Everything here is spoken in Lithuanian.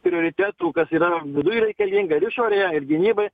prioritetų kas yra viduj reikalinga ir išorėje ir gynybai